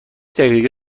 دقیقه